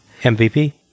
MVP